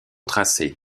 tracé